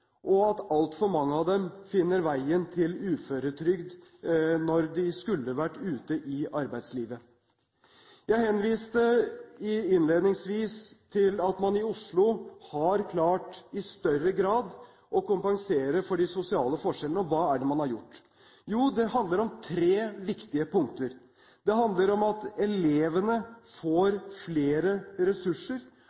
og at altfor mange av dem finner veien til uføretrygd når de skulle vært ute i arbeidslivet. Jeg henviste innledningsvis til at man i Oslo har klart i større grad å kompensere for de sosiale forskjellene. Og hva er det man har gjort? Jo, det handler om tre viktige punkter. Det handler om at elevene får